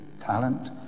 talent